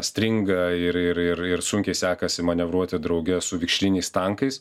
stringa ir ir ir ir sunkiai sekasi manevruoti drauge su vikšriniais tankais